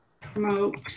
promote